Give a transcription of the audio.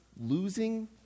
losing